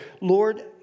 Lord